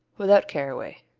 without caraway.